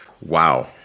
Wow